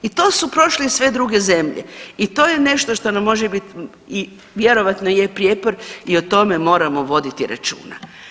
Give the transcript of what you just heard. I to su prošle i sve druge zemlje i to je nešto što nam može biti i vjerojatno je prijepor i o tome moramo voditi računa.